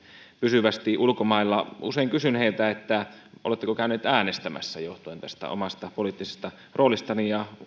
pysyvästi ulkomailla usein kysyn heiltä että oletteko käyneet äänestämässä johtuen tästä omasta poliittisesta roolistani ja